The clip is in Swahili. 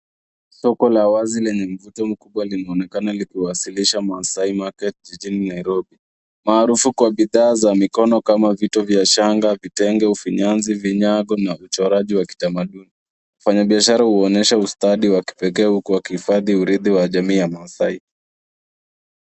Soko la wazi lenye mvuto mkubwa limeonekana likiwasilisha Maasai Market jijini Nairobi, maarufu kwa bidhaa za mikono kama vito vya shanga, vitenge, ufinyanzi, vinyago na uchoraji wa kitamaduni. Wafanyabiashara huonyesha ustadi wa kipekee huku wakihifadhi uridhi wa jamii ya Maasai.